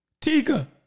Tika